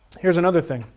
here's another thing,